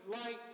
light